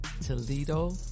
toledo